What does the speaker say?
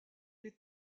les